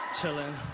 chilling